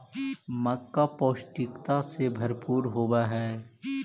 मक्का पौष्टिकता से भरपूर होब हई